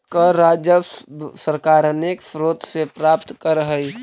कर राजस्व सरकार अनेक स्रोत से प्राप्त करऽ हई